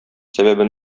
сәбәбе